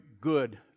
good